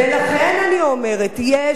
יש כאן בעיה חמורה,